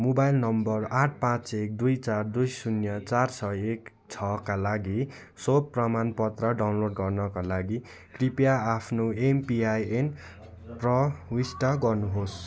mobile number आठ पाँच एक दुई चार दुई शून्य चार छ एक छका लागि शोध प्रमाण पत्र डाउनलोड गर्नाका लागि कृपया आफ्नो एमपिआइएन प्रविष्ट गर्नु होस्